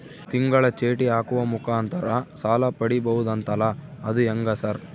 ತಿಂಗಳ ಚೇಟಿ ಹಾಕುವ ಮುಖಾಂತರ ಸಾಲ ಪಡಿಬಹುದಂತಲ ಅದು ಹೆಂಗ ಸರ್?